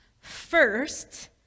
First